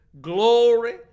glory